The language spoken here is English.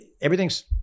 everything's